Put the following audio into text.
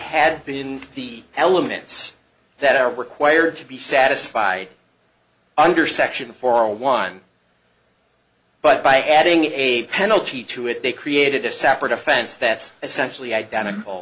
had been the elements that are required to be satisfied under section four one but by adding a penalty to it they created a separate offense that's essentially identical